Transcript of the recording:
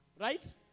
Right